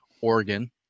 Oregon